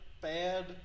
bad